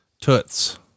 Toots